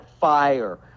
Fire